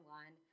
one